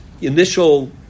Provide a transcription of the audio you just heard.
initial